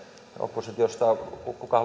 oppositiosta